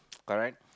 correct